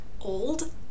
old